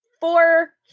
four